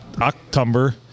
october